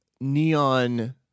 neon